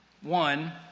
One